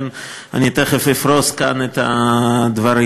אני תכף אפרוס כאן את הדברים.